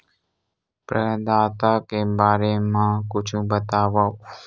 प्रदाता के बारे मा कुछु बतावव?